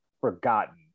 forgotten